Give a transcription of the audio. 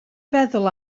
feddwl